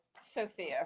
Sophia